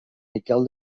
miquel